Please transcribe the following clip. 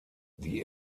die